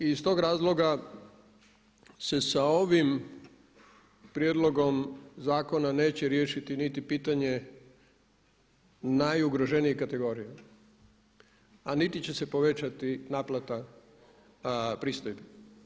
I iz tog razloga se sa ovim prijedlogom zakona neće riješiti niti pitanje najugroženijih kategorija a niti će se povećati naplata pristojbi.